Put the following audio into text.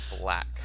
black